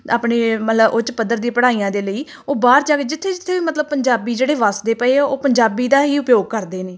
ਆਪਣੀ ਮਤਲਬ ਉੱਚ ਪੱਧਰ ਦੀ ਪੜਾਈਆਂ ਦੇ ਲਈ ਉਹ ਬਾਹਰ ਜਾਵੇ ਜਿੱਥੇ ਜਿੱਥੇ ਮਤਲਬ ਪੰਜਾਬੀ ਜਿਹੜੇ ਵੱਸਦੇ ਪਏ ਆ ਉਹ ਪੰਜਾਬੀ ਦਾ ਹੀ ਉਪਯੋਗ ਕਰਦੇ ਨੇ